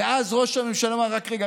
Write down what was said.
ואז ראש הממשלה אמר: רק רגע,